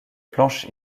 planches